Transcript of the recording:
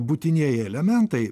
būtinieji elementai